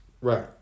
Right